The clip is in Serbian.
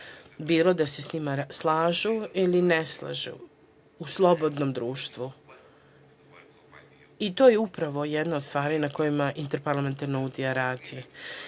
bilo da se sa njima slažu ili ne slažu u slobodnom društvu i to je upravo jedna od stvari na kojoj Interparlamentarna unija